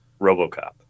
RoboCop